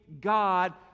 God